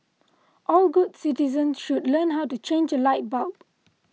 all good citizens should learn how to change a light bulb